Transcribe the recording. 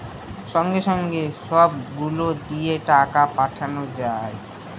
সঙ্গে সঙ্গে সব গুলো দিয়ে টাকা পাঠানো যায়